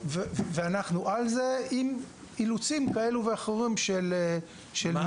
ואנחנו על זה עם אילוצים כאלה ואחרים, של מימוש.